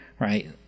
right